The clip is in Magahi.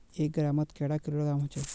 एक ग्राम मौत कैडा किलोग्राम होचे?